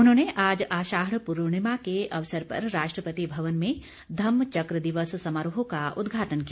उन्होंने आज आषाढ़ पूर्णिमा के अवसर पर राष्ट्रपति भवन में धम्म चक्र दिवस समारोह का उद्घाटन किया